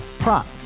Prop